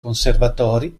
conservatori